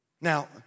Now